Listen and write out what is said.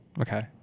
Okay